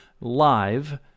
live